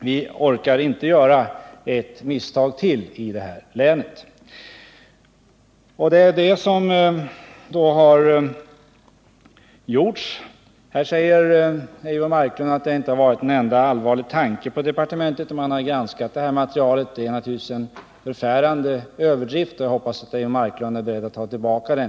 Vi orkar inte göra ett misstag till i detta län — för ett misstag är vad som har gjorts. Eivor Marklund säger att det inte har funnits en enda allvarlig tanke på departementet när man har granskat detta material. Det är naturligtvis en förfärande överdrift, och jag hoppas att Eivor Marklund är beredd att ta tillbaka den.